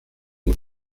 und